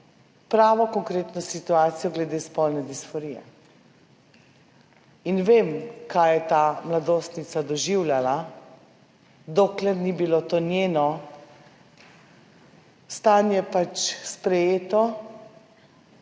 pravo, konkretno situacijo glede spolne disforije in vem, kaj je ta mladostnica doživljala, dokler ni bilo to njeno stanje sprejeto